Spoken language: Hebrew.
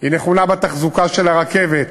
היא נכונה בתחזוקה של הרכבת,